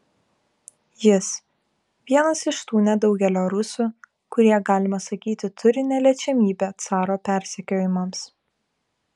jis vienas iš tų nedaugelio rusų kurie galima sakyti turi neliečiamybę caro persekiojimams